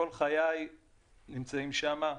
כל חיי נמצאים שם,